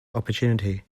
opportunity